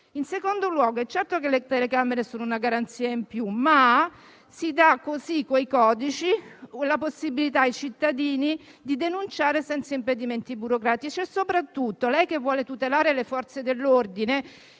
In secondo luogo, certamente le telecamere sono una garanzia in più, ma con i codici si dà la possibilità ai cittadini di denunciare senza impedimenti burocratici. Soprattutto, a lei che vuole tutelare le Forze dell'ordine,